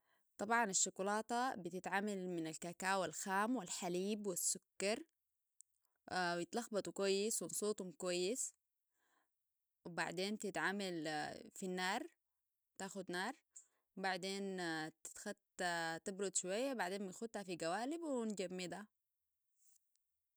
طبعا الشوكولاتة بتتعمل من الكاكاو الخام والحليب والسكر ويتلخبطوا كويس ونصوتهم كويس بعدين تتعمل في النار تاخد نار و بعدين تتختي تبرد شوية وبعدين بنختها في قوالب ونجمدها